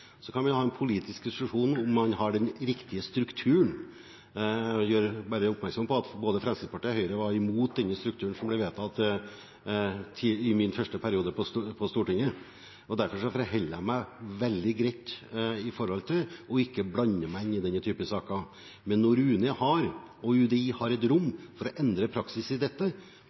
at både Fremskrittspartiet og Høyre var imot denne strukturen, som ble vedtatt i min første periode på Stortinget. Derfor forholder jeg meg veldig greit til ikke å blande meg inn i denne typen saker. Men når UNE og UDI har et rom for å endre praksis i dette,